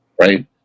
right